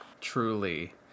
Truly